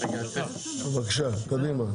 בבקשה, קדימה.